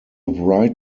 wright